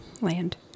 land